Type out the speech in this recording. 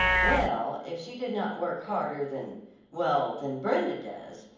well, if she did not work harder than well than brenda does,